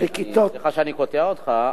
סליחה שאני קוטע אותך,